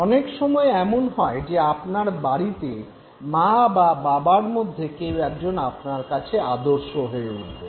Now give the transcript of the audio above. অনেক সময়ে এমন হয় যে আপনার বাড়িতে মা বা বাবার মধ্যে কেউ একজন আপনার কাছে আদর্শ হয়ে উঠলেন